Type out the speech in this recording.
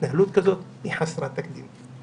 התנהלות כזאת היא חסרת תקדים.